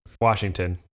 Washington